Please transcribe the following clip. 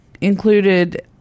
included